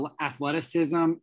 athleticism